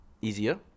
easier